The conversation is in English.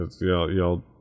Y'all